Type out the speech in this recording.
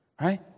right